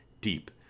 deep